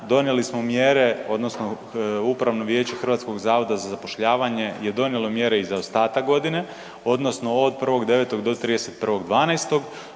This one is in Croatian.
donijeli smo mjere odnosno Upravno vijeće HZZ-a je donijelo mjere i za ostatak godine odnosno od 1.9. do 31.12.